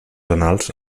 anals